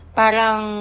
parang